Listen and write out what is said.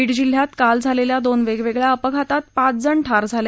बीड जिल्ह्यात काल झालेल्या दोन वेगवेगळ्या अपघातात पाच जण ठार झाले